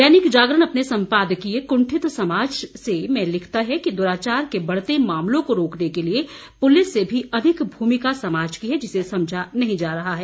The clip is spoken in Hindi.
दैनिक जागरण अपने सम्पाद्कीय कुंठित समाज से दुराचार के बढ़ते मामलों को रोकने के लिए पुलिस से भी अधिक मूमिका समाज की है जिसे समझा नहीं जा रहा है